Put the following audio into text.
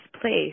place